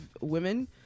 women